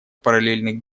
параллельных